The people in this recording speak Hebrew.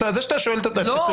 זה שאתה שואל --- לא,